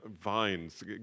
vines